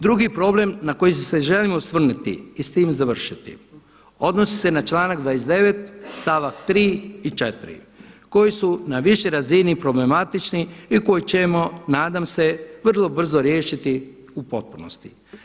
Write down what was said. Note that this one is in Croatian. Drugi problem na koji se želim osvrnuti i s tim završiti, odnosi se na članak 29. stavak 3. i 4. koji su na višoj razini problematični i koji ćemo nadam se vrlo brzo riješiti u potpunosti.